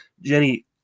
Jenny